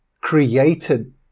created